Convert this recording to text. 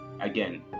Again